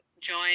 join